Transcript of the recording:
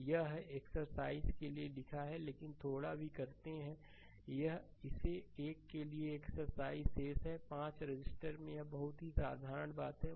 तो यह है और एक्सरसाइज के लिए लिखा है लेकिन थोड़ा भी करते हैं यह इस के लिए एक एक्सरसाइज शेष है 5 रजिस्टर में यह एक बहुत ही साधारण बात है